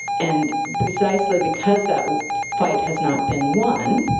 and precisely because that fight has not been won,